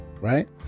right